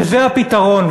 שזה הפתרון.